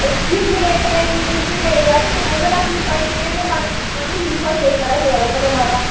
excuse me లేదు ఏం use me లేదు లేదు గానీ మీరు ముందు నాకు రీఫండ్ చెయ్యండి మ మనీ రీఫండ్ చేస్తారా చెయ్యరా ఒకటే మాట